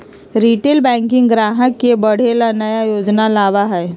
retail banking ग्राहक के बढ़े ला नया योजना लावा हई